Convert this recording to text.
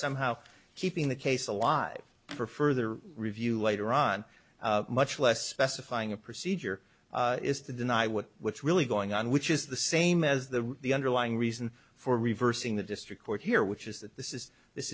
somehow keeping the case alive for further review later on much less specifying a procedure is to deny what what's really going on which is the same as the the underlying reason for reversing the district court here which is that this is this